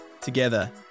together